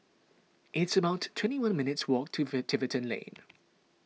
it's about twenty one minutes' walk to Tiverton Lane